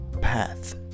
path